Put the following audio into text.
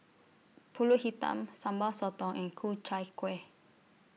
Pulut Hitam Sambal Sotong and Ku Chai Kueh